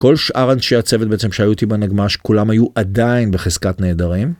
כל שאר אנשי הצוות בעצם שהיו אותי בנגמ"ש שכולם היו עדיין בחזקת נהדרים.